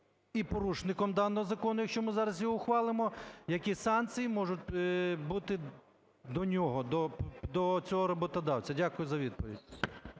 і порушником даного закону? Якщо ми зараз його ухвалимо, які санкції можуть бути до нього, до цього роботодавця? Дякую за відповідь.